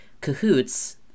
cahoots